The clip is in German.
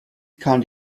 kam